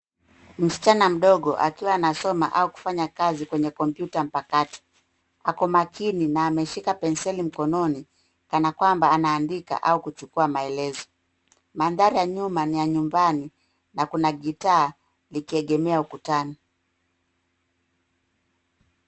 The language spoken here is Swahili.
Msichana mdogo akiwa anasoma au kufanya kazi kwenye kompyuta mpakato, ako makini na ameshika penseli mkononi kana kwamba anaandika au kuchukua maelezo, mandhari ya nyuma ni ya nyumbani na kuna gitaa likigemea ukutani.